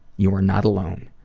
you are not alone.